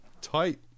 Tight